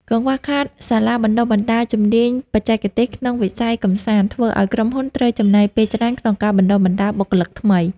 កង្វះខាតសាលាបណ្តុះបណ្តាលជំនាញបច្ចេកទេសក្នុងវិស័យកម្សាន្ត ធ្វើឱ្យក្រុមហ៊ុនត្រូវចំណាយពេលច្រើនក្នុងការបណ្តុះបណ្តាលបុគ្គលិកថ្មី។